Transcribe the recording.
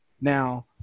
Now